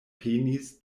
penis